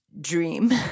dream